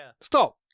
Stop